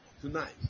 tonight